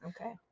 Okay